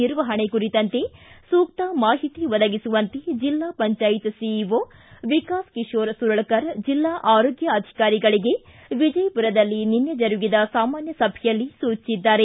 ನಿರ್ವಹಣೆ ಕುರಿತಂತೆ ಸೂಕ್ತ ಮಾಹಿತಿ ಒದಗಿಸುವಂತೆ ಜಿಲ್ಲಾ ಪಂಚಾಯತ್ ಸಿಇಒ ವಿಕಾಸ ಕಿಶೋರ ಸುರಳಕರ ಜಿಲ್ಲಾ ಆರೋಗ್ಯ ಅಧಿಕಾರಿಗಳಿಗೆ ವಿಜಯಪುರದಲ್ಲಿ ನಿನ್ನೆ ಜಿರುಗಿದ ಸಾಮಾನ್ಯ ಸಭೆಯಲ್ಲಿ ಸೂಚಿಸಿದ್ದಾರೆ